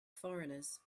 foreigners